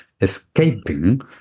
escaping